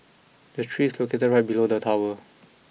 the tree is located right below the tower